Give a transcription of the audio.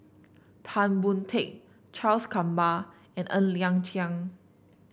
Tan Boon Teik Charles Gamba and Ng Liang Chiang